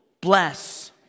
bless